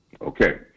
Okay